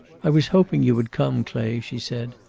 i was hoping you would come, clay, she said.